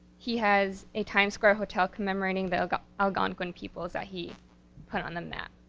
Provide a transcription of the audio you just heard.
he has a times square hotel commemorating the algonquin peoples that he put on the map.